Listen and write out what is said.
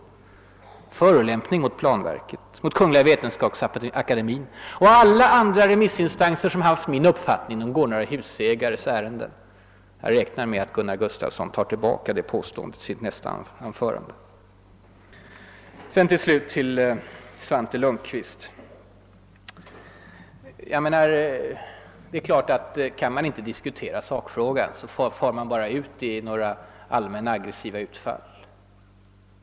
En förolämpning mot planverket, mot Vetenskapsakademien och alla andra remissinstanser som delat min uppfattning är det när man säger att vi går några husägares ärenden. Jag räknar med att Gunnar Gustafsson tar tillbaka det påståendet i sitt nästa anförande. Till slut vill jag säga till Svante Lundkvist att det är klart att han, när han inte kan diskutera sakfrågan, tvingas fara ut i allmänna aggressiva utfall.